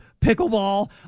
pickleball